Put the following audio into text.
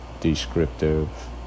descriptive